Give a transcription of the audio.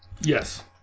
Yes